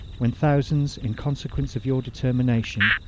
when thousands, in consequence of your determination,